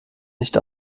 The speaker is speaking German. nicht